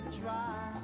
try